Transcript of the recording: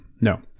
no